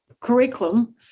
curriculum